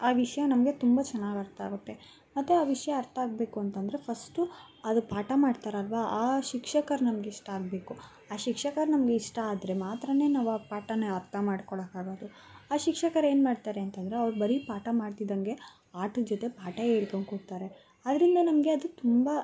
ಆ ವಿಷಯ ನಮಗೆ ತುಂಬ ಚೆನ್ನಾಗ್ ಅರ್ಥ ಆಗುತ್ತೆ ಮತ್ತು ಆ ವಿಷಯ ಅರ್ಥ ಆಗಬೇಕು ಅಂತಂದರೆ ಫಸ್ಟು ಅದು ಪಾಠ ಮಾಡ್ತಾರಲ್ವ ಆ ಶಿಕ್ಷಕರು ನಮ್ಗೆ ಇಷ್ಟ ಆಗಬೇಕು ಆ ಶಿಕ್ಷಕರು ನಮ್ಗೆ ಇಷ್ಟ ಆದರೆ ಮಾತ್ರ ನಾವು ಆ ಪಾಠನೆ ಅರ್ಥ ಮಾಡಿಕೊಳ್ಳಕ್ಕಾಗೋದು ಆ ಶಿಕ್ಷಕರು ಏನ್ಮಾಡ್ತಾರೆ ಅಂತಂದರೆ ಅವ್ರು ಬರೀ ಪಾಠ ಮಾಡ್ತಿದ್ದಂಗೆ ಆಟದ ಜೊತೆ ಪಾಠ ಹೇಳ್ಕೊಂಕೊಡ್ತಾರೆ ಅದರಿಂದ ನಮಗೆ ಅದು ತುಂಬ